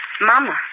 Mama